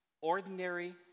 ordinary